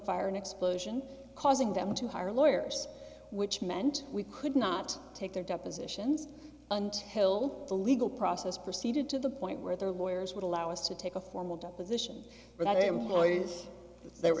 and explosion causing them to hire lawyers which meant we could not take their depositions until the legal process proceeded to the point where their lawyers would allow us to take a formal deposition that employees their